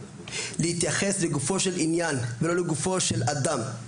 להתייחס לגופו של עניין ולא לגופו של אדם,